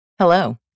Hello